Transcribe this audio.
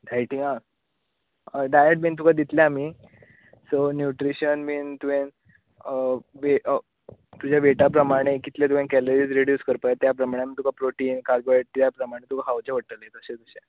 हायटींगाक हय डायट बीन तुका दितले आमी सो न्यूट्रिशन बीन तुवें वे तूज्या व्हेटा प्रमाण कितले तुवें कॅलरीज रेड्यूज करपाक जाय तुवें त्या प्रमाणे तुवें खावचे पडटले तुका